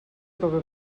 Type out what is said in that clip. coca